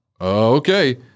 okay